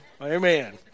Amen